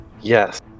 Yes